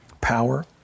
power